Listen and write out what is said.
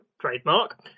trademark